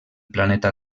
planeta